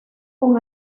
con